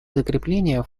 закрепления